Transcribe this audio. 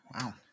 wow